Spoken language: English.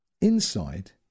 Inside